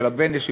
של הביני"שים,